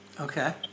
Okay